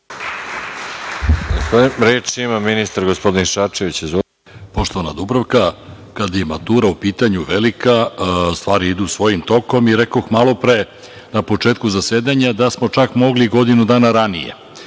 Reč ima ministar, gospodin Šarčević. **Mladen Šarčević** Poštovana Dubravka, kada je matura u pitanju velika, stvari idu svojim tokom i rekoh malo pre, na početku zasedanja da smo mogli čak godinu dana ranije.